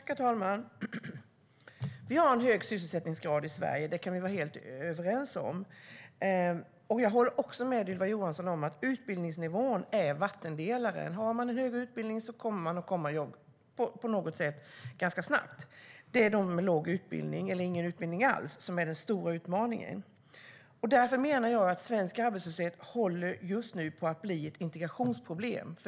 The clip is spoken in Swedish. Herr talman! Vi har en hög sysselsättningsgrad i Sverige; det kan vi vara helt överens om. Jag håller också med Ylva Johansson om att utbildningsnivån är vattendelaren. Om man har en högre utbildning kommer man att komma i jobb på något sätt ganska snabbt. Det är de med låg utbildning eller ingen utbildning alls som är den stora utmaningen. Därför menar jag att svensk arbetslöshet just nu håller på att bli ett integrationsproblem.